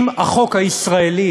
אם החוק הישראלי